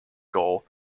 goal